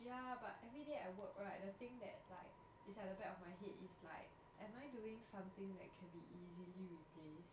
ya but everyday I work right the thing that like is at the back of my head is like am I doing something that can be easily replaced